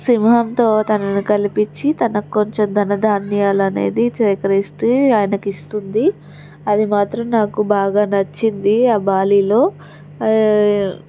సింహంతో తనని కలిపించి తనకొంచెం ధన ధాన్యాలనేవి సేకరిస్తే ఆయనకిస్తుంది అది మాత్రం నాకు బాగా నచ్చింది ఆ బాలీలో